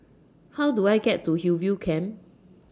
How Do I get to Hillview Camp